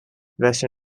west